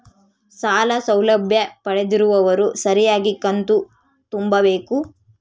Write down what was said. ಸಾಲ ಸೌಲಭ್ಯ ಪಡೆದಿರುವವರು ಸರಿಯಾಗಿ ಕಂತು ತುಂಬಬೇಕು?